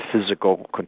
physical